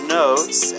notes